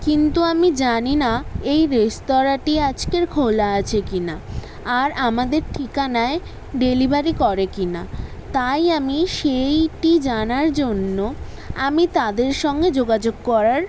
কিন্তু আমি জানি না এই রেস্তরাঁটি আজকে খোলা আছে কি না আর আমাদের ঠিকানায় ডেলিভারি করে কি না তাই আমি সেটি জানার জন্য আমি তাদের সঙ্গে যোগাযোগ করার